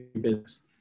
business